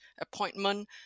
appointment